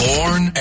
Born